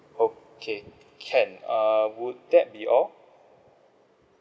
okay can err would that be all